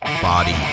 body